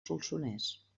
solsonès